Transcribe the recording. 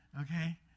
Okay